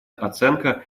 оценка